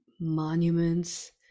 monuments